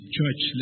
Church